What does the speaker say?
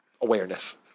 awareness